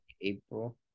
April